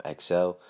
xl